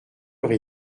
heure